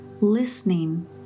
listening